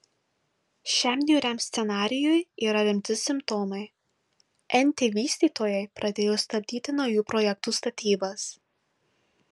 šiam niūriam scenarijui yra rimti simptomai nt vystytojai pradėjo stabdyti naujų projektų statybas